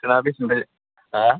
नोंसिना बेसेनिफ्राय हो